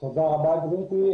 תודה רבה גברתי.